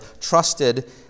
trusted